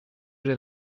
j’ai